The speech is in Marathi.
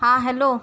हां हॅलो